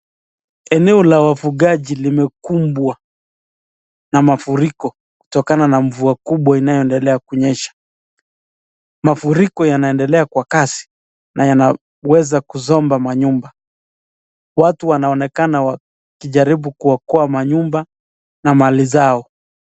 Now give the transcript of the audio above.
Eneo la wafugaji limekumbwa na mafuriko kutokana na mvua kubwa inayoendelea kunyesha. Mafuriko yanaendelea kwa kasi na yanaweza kuzomba manyumba. Watu wanaonekana wakijaribu kuokoa manyumba na mali zao.